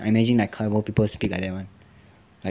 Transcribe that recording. I imagine like cowboy people speak like that [one] like